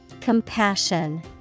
Compassion